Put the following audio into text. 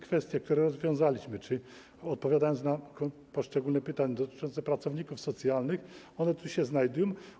Kwestie, które rozwiązaliśmy - odpowiadając na poszczególne pytania dotyczące pracowników socjalnych - tu się znajdują.